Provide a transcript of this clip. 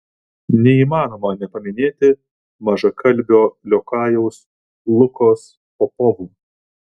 neįmanoma nepaminėti mažakalbio liokajaus lukos popovo